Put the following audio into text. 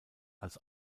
als